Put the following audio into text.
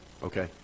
Okay